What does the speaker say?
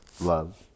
love